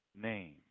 name